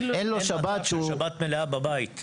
אין לו שבת מלאה בבית.